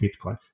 Bitcoin